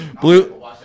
Blue